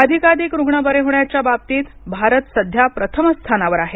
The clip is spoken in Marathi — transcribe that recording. अधिकाधिक रुग्ण बरे होण्याच्या बाबतीत भारत सध्या प्रथम स्थानावर आहे